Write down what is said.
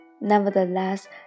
Nevertheless